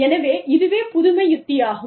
எனவே இதுவே புதுமை உத்தியாகும்